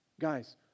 Guys